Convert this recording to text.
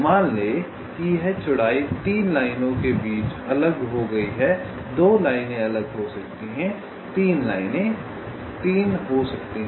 मान लें कि यह चौड़ाई 3 लाइनों के बीच अलग हो गई है 2 लाइनें हो सकती हैं 3 हो सकती हैं